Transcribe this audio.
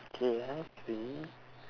okay I see